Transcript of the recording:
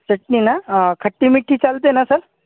चटणी ना खट्टीमिठी चालते ना सर